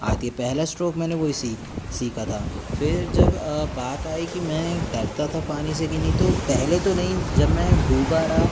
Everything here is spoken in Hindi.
आती है पहला इस्ट्रोक मैंने वही सीखा था फिर जब बात आई कि मैं डरता था पानी से कि नई तो पहले तो नई जब मैं डूबा रहा